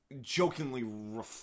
jokingly